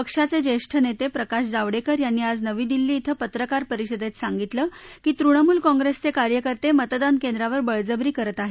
पक्षाचे ज्येष्ठ नेते प्रकाश जावडेकर यांनी आज नवी दिल्ली क्वें पत्रकार परिषदेत सांगितलं की तृणमूल काँप्रेसचे कार्यकर्ते मतदान केंद्रावर बळजबरी करत आहेत